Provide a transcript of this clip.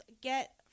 get